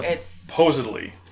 Supposedly